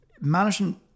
Management